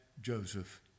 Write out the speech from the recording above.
Joseph